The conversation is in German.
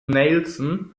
nelson